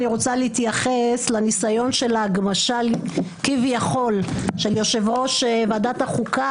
אני רוצה להתייחס לניסיון להגמשה כביכול של יושב-ראש ועדת החוקה